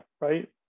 right